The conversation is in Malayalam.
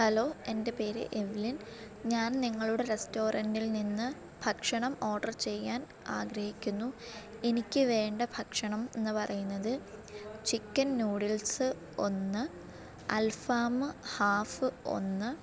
ഹലോ എന്റെ പേര് എവ്ലിൻ ഞാൻ നിങ്ങളുടെ റസ്റ്റോറൻറ്റിൽ നിന്ന് ഭക്ഷണം ഓഡ്റ് ചെയ്യാൻ ആഗ്രഹിക്കുന്നു എനിക്ക് വേണ്ട ഭക്ഷണമെന്നു പറയുന്നത് ചിക്കൻ ന്യൂഡിൽസ് ഒന്ന് അൽഫാം ഹാഫ് ഒന്ന്